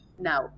Now